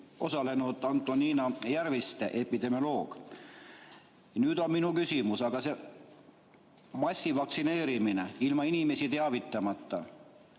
osalenud Antonina Järviste, epidemioloog. Ja nüüd tuleb minu küsimus. Massvaktsineerimine ilma inimesi teavitamata,